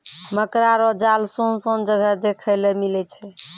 मकड़ा रो जाल सुनसान जगह देखै ले मिलै छै